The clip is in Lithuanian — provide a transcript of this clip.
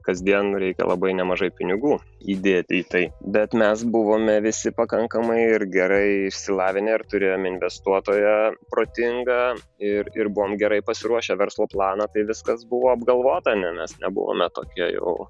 kasdien reikia labai nemažai pinigų įdėti į tai bet mes buvome visi pakankamai ir gerai išsilavinę ir turėjome investuotoją protingą ir ir buvom gerai pasiruošę verslo planą tai viskas buvo apgalvota ne mes nebuvome tokie jau